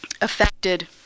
affected